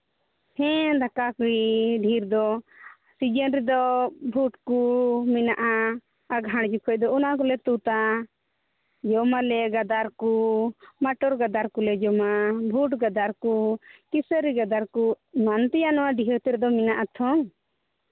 ᱦᱮᱸ ᱫᱟᱠᱟ ᱜᱮ ᱰᱷᱮᱨ ᱫᱚ ᱥᱤᱡᱤᱱ ᱨᱮᱫᱚ ᱵᱷᱩᱴ ᱠᱚ ᱢᱮᱱᱟᱜᱼᱟ ᱟᱸᱜᱷᱟᱲ ᱡᱚᱠᱷᱚᱱ ᱫᱚ ᱚᱱᱟ ᱜᱮᱞᱮ ᱛᱩᱫᱟ ᱡᱚᱢᱟᱞᱮ ᱜᱟᱫᱟᱨ ᱠᱚ ᱢᱚᱴᱚᱨ ᱜᱟᱫᱟᱨ ᱠᱚᱞᱮ ᱡᱚᱢᱟ ᱵᱷᱩᱴ ᱜᱟᱫᱟᱨ ᱠᱚ ᱠᱤᱥᱟᱹᱨᱤ ᱜᱟᱫᱟᱨ ᱠᱚ ᱮᱢᱟᱱ ᱛᱮᱭᱟᱜ ᱱᱚᱣᱟ ᱰᱤᱦᱟᱹᱛ ᱨᱮᱫᱚ ᱢᱮᱱᱟᱜᱼᱟ ᱛᱚ